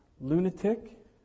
lunatic